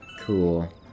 Cool